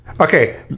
Okay